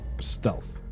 Stealth